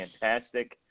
fantastic